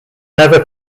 never